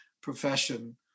profession